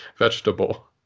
Vegetable